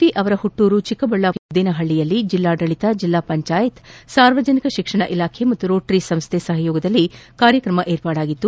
V ಅವರ ಹುಟ್ನೂರು ಚಿಕ್ಕಬಳ್ಳಾಪುರ ತಾಲೂಕಿನ ಮುದ್ದೇನಪಳ್ಳಿಯಲ್ಲಿ ಜಿಲ್ಲಾಡಳಿತ ಜಿಲ್ಲಾ ಪಂಚಾಯತ್ ಸಾರ್ವಜನಿಕ ಶಿಕ್ಷಣ ಇಲಾಖೆ ಹಾಗೂ ರೋಟರಿ ಸಂಸ್ತೆ ಸಹಯೋಗದಲ್ಲಿ ಕಾರ್ಯಕ್ರಮವೊಂದು ವಿರ್ಪಾಡಾಗಿತ್ತು